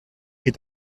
pris